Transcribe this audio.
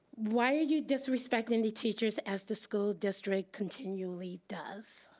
why are you disrespecting the teachers as the school district continually does?